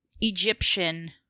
Egyptian